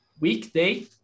weekday